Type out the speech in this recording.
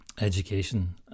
education